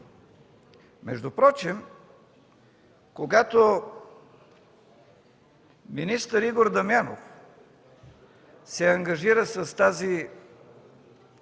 Между впрочем, когато министър Игор Дамянов се ангажира с тази,